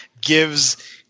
gives